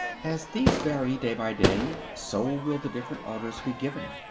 as these vary day by day, so will the different orders be given.